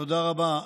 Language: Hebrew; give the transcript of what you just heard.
תודה רבה.